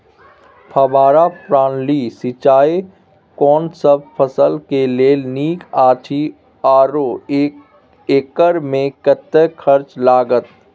फब्बारा प्रणाली सिंचाई कोनसब फसल के लेल नीक अछि आरो एक एकर मे कतेक खर्च लागत?